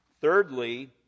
Thirdly